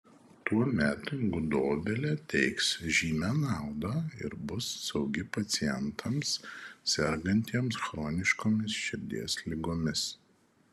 tuomet gudobelė teiks žymią naudą ir bus saugi pacientams sergantiems chroniškomis širdies ligomis